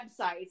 websites